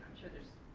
sure there's,